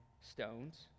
stones